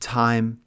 time